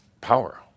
power